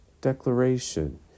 declaration